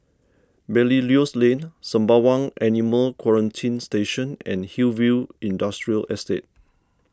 Belilios Lane Sembawang Animal Quarantine Station and Hillview Industrial Estate